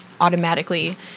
automatically